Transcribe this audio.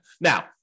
Now